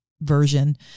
version